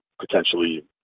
potentially